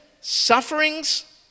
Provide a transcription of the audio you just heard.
sufferings